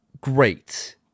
great